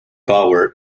bauer